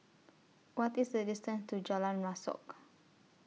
What IS The distance to Jalan Rasok